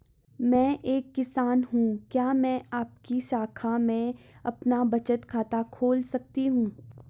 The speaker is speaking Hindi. मैं एक किसान हूँ क्या मैं आपकी शाखा में अपना बचत खाता खोल सकती हूँ?